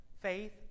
faith